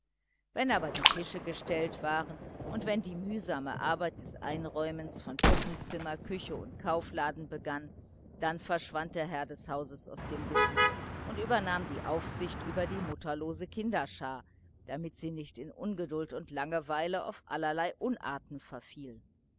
wenn aber die tische gestellt waren und wenn die mühsame arbeit des einräumens von puppenzimmer küche und kaufladen begann dann verschwand der herr des hauses aus dem gebiet und übernahm die aufsicht über die mutterlose kinderschar damit sie nicht in ungeduld und langeweile auf allerlei unarten verfiel